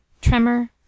tremor